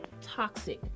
toxic